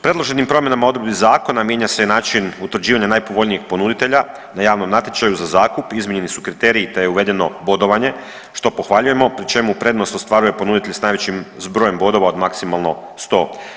Predloženim promjenama odredbi zakona mijenja se i način utvrđivanja najpovoljnijih ponuditelja na javnom natječaju za zakup, izmijenjeni su kriteriji te je uvedeno bodovanje što pohvaljujemo, pri čemu prednost ostvaruje ponuditelj s najvećim zbrojem bodova od maksimalno 100.